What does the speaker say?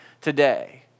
today